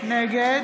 נגד